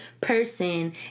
person